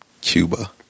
Cuba